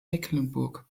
mecklenburg